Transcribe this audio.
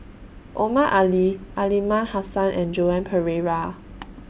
Omar Ali Aliman Hassan and Joan Pereira